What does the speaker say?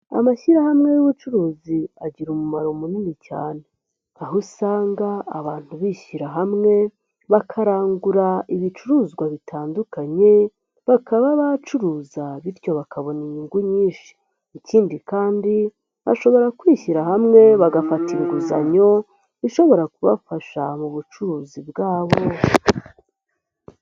Amashyirahamwe y'ubucuruzi agira umumaro munini cyane. Aho usanga abantu bishyira hamwe, bakarangura ibicuruzwa bitandukanye, bakaba bacuruza, bityo bakabona inyungu nyinshi. Ikindi kandi bashobora kwishyira hamwe bagafata inguzanyo, ishobora kubafasha mu bucuruzi bwabo.